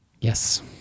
yes